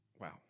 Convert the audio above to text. Wow